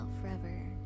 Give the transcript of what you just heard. forever